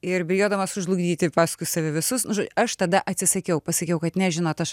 ir bijodama sužlugdyti paskui save visus nu žo aš tada atsisakiau pasakiau kad ne žinot aš